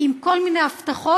עם כל מיני הבטחות,